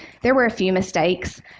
there were a few mistakes,